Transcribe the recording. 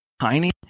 tiny